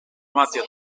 μάτια